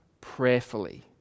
prayerfully